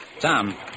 Tom